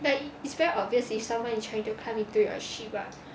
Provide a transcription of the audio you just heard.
like it's very obvious if someone is trying to climb into your ship lah